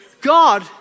God